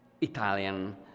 Italian